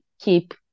keep